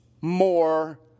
more